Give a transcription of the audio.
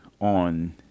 on